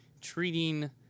treating